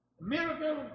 Miracle